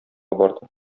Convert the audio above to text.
барды